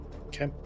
Okay